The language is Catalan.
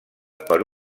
per